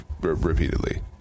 repeatedly